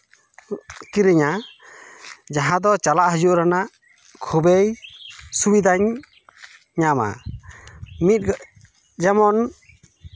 ᱠᱤᱨᱤᱧᱟ ᱡᱟᱦᱟᱸ ᱫᱚ ᱪᱟᱞᱟᱜ ᱦᱤᱡᱩᱜ ᱨᱮᱱᱟᱜ ᱠᱷᱩᱵᱮᱭ ᱥᱩᱵᱤᱫᱷᱟᱧ ᱧᱟᱢᱟ ᱢᱤᱫ ᱡᱮᱢᱚᱱ